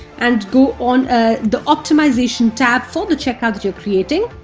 and go on ah the optimisation tab for the checkout that you're creating.